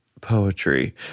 poetry